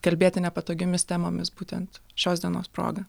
kalbėti nepatogiomis temomis būtent šios dienos proga